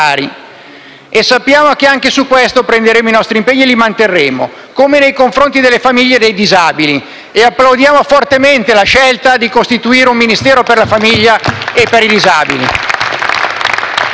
e sappiamo che anche su questo prenderemo i nostri impegni e li manterremo, come nei confronti delle famiglie dei disabili. Applaudiamo fortemente la scelta di costituire un Ministero per la famiglia e per i disabili.